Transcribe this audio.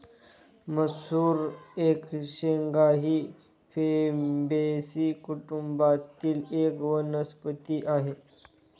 मसूर एक शेंगा ही फेबेसी कुटुंबातील एक वनस्पती आहे